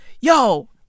yo